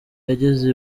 yageze